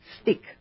stick